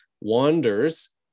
wanders